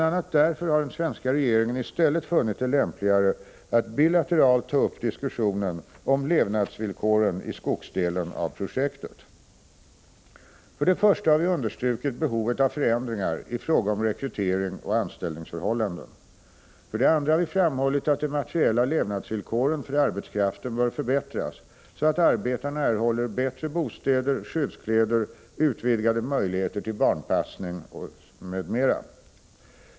a. därför har den svenska regeringen i stället funnit det lämpligare att bilateralt ta upp diskussionen om levnadsvillkoren i skogsdelen av projektet. För det första har vi understrukit behovet av förändringar i fråga om rekrytering och anställningsförhållanden. För det andra har vi framhållit att de materiella levnadsvillkoren för arbetskraften bör förbättras så att arbetarna erhåller bättre bostäder, skyddskläder, utvidgade möjligheter till barnpassning m.m.